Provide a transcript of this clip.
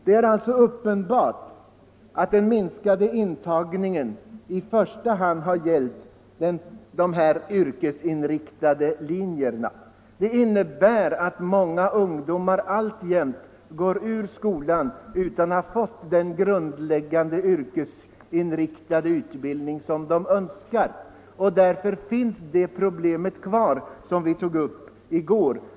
Det är alltså uppenbart att den minskade intagningen i första hand har gällt de yrkesinriktade linjerna. Det innebär att många ungdomar alltjämt går ur skolan utan att ha fått den grundläggande yrkesinriktade utbildning som de önskar. Därför finns de problem kvar som vi tog upp i går.